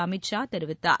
அமித் ஷா தெரிவித்தார்